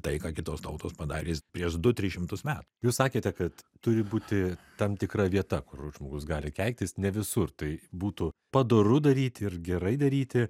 tai ką kitos tautos padarė prieš du tris šimtus metų jūs sakėte kad turi būti tam tikra vieta kur žmogus gali keiktis ne visur tai būtų padoru daryti ir gerai daryti